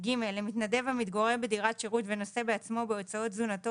למתנדב המתגורר בדירת שירות ונושא בעצמו בהוצאות תזונתו